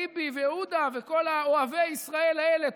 טיבי ועודה וכל "אוהבי" ישראל האלה,